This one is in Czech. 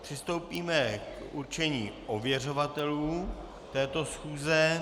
Přistoupíme k určení ověřovatelů této schůze.